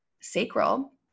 sacral